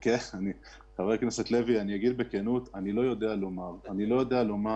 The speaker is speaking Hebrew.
אני לא יודע לומר